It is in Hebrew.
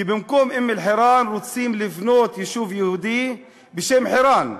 כי במקום אום-אלחיראן רוצים לבנות יישוב יהודי בשם חירן.